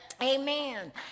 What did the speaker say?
Amen